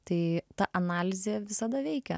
tai ta analizė visada veikia